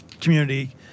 community